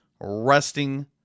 Resting